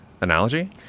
analogy